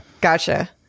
Gotcha